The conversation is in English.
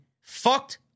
fucked